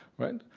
right?